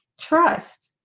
trust